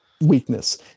weakness